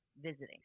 visiting